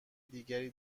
دیگری